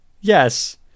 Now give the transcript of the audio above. yes